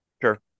Sure